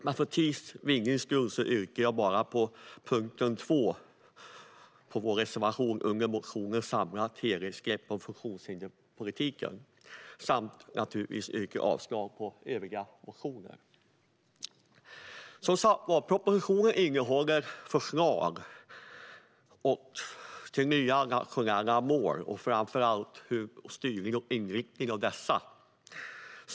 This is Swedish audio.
Men för tids vinnande yrkar jag bifall bara till punkt 2 i vår reservation till motionen om samlat helhetsgrepp om funktionshinderspolitiken samt, naturligtvis, yrkar avslag på övriga motioner. Propositionen innehåller som sagt förslag till nya nationella mål och framför allt styrning och inriktning av dessa.